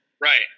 right